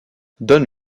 donne